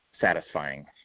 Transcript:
satisfying